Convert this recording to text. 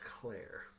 Claire